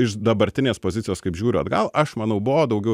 iš dabartinės pozicijos kaip žiūriu atgal aš manau buvo daugiau